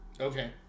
Okay